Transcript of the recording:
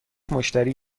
مشتری